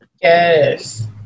yes